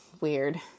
weird